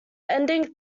ending